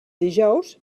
dijous